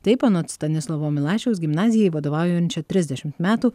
taip anot stanislovo milašiaus gimnazijai vadovaujančio trisdešim metų